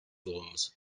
homes